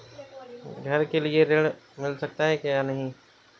घर के लिए ऋण मिल सकता है या नहीं?